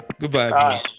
Goodbye